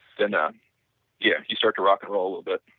then, ah yeah, you start to rock and roll a but